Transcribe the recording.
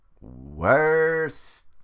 worst